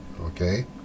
okay